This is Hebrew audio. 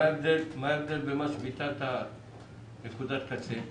מה ההבדל לגבי מה שביטלת בנקודת קצה?